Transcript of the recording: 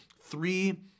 three